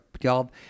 y'all